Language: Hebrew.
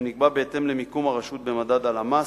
שנקבע בהתאם למיקום הרשות במדד הלמ"ס.